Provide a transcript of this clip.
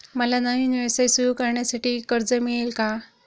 मला नवीन व्यवसाय सुरू करण्यासाठी कर्ज मिळेल का?